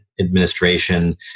administration